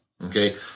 okay